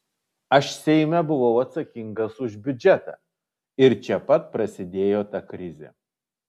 aš seime buvau atsakingas už biudžetą ir čia pat prasidėjo ta krizė